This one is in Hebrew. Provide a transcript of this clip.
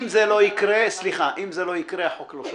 אם זה לא יקרה החוק לא שווה.